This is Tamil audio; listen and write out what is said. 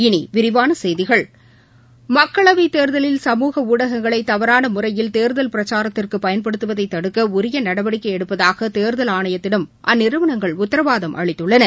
இனி விரிவான செய்திகள் மக்களவைத் தேர்தலில் சமூக ஊடகங்களை தவறான முறையில் தேர்தல் பிரச்சாரத்திற்கு பயன்படுத்துவதை தடுக்க உரிய நடவடிக்கை எடுப்பதாக தேர்தல் ஆணையத்திடம் அந்நிறுவனங்கள் உத்தரவாதம் அளித்துள்ளன